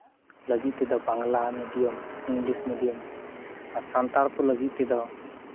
ᱞᱟᱹᱜᱤᱫ ᱛᱮᱫᱚ Bangla medium English medium ᱟᱨ ᱥᱟᱱᱛᱟᱲ ᱠᱚ ᱞᱟᱹᱜᱤᱫ ᱛᱮᱫᱚ